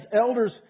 elders